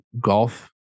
golf